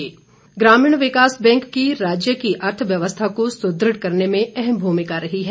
धुमल ग्रामीण विकास बैंक की राज्य की अर्थव्यस्था को सुदृढ़ करने में अहम भूमिका रही है